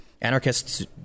anarchists